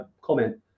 comment